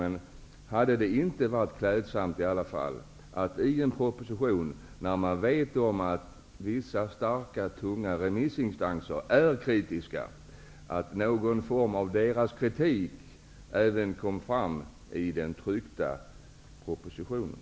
Men hade det inte varit klädsamt, när man vet att vissa tunga remissinstanser är kritiska, om något av deras kritik hade kommit fram i den tryckta propositionen?